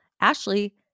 Ashley